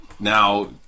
Now